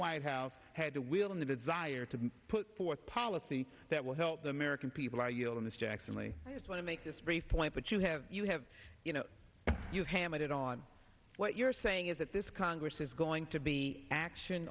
white house had the will and the desire to put forth policy that will help the american people i yield on this jackson lee i just want to make this brief point but you have you have you know you've hammered it on what you're saying is that this congress is going to be action